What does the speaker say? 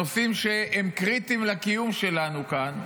נושאים שהם קריטיים לקיום שלנו כאן,